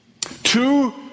Two